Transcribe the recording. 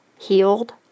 healed